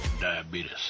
diabetes